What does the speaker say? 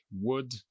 wood